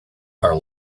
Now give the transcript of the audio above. are